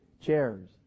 chairs